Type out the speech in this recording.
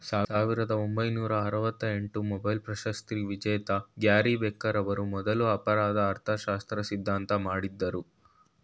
ಸಾವಿರದ ಒಂಬೈನೂರ ಆರವತ್ತಎಂಟು ಮೊಬೈಲ್ ಪ್ರಶಸ್ತಿವಿಜೇತ ಗ್ಯಾರಿ ಬೆಕರ್ ಅವ್ರು ಮೊದ್ಲು ಅಪರಾಧ ಅರ್ಥಶಾಸ್ತ್ರ ಸಿದ್ಧಾಂತ ಮಾಡಿದ್ರು